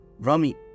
Rami